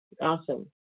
Awesome